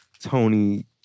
Tony